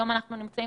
היום אנחנו נמצאים